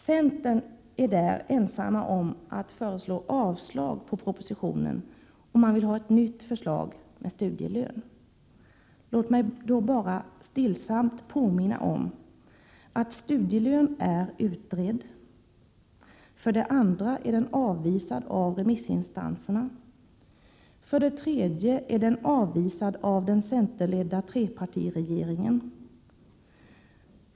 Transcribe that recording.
Centern är ensam om att föreslå avslag på propositionen och vill ha ett nytt förslag med studielön. Låt mig då bara stillsamt påminna om att studielön för det första är utredd, för det andra är avvisad av remissinstanserna och för det tredje är avvisad av den centerledda trepartiregeringen.